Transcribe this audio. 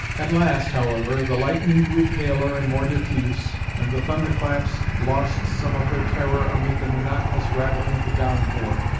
at last, however, the lightning grew paler and more diffuse, and the thunderclaps lost some of their terror amid the monotonous rattling of the downpour.